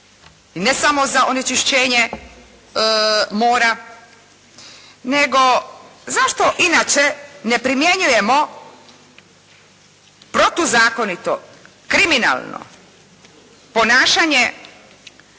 ne samo za onečišćenje mora, nego zašto inače ne primjenjujemo protuzakonito, kriminalno ponašanje